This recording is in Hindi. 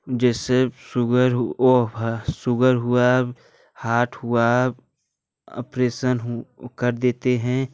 जैसे शुगर हो वो शुगर हुआ हार्ट हुआ ऑपरेशन हु कर देते हैं